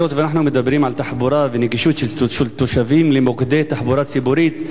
היות שאנחנו מדברים על תחבורה ונגישות של תושבים למוקדי תחבורה ציבורית,